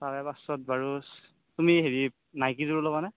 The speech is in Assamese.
চাৰে পাঁচশত বাৰু তুমি হেৰি নাইকিৰযোৰ ল'বানে